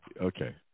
Okay